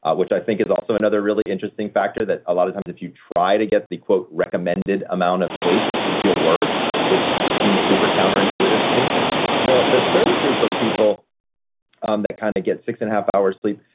ah which i think is also another really interesting factor. that a lot of times, if you try to get the quote recommended amount of sleep, you feel worse, which seems super counterintuitive to me the the third group of people um that kind of get six and a half hours sleep,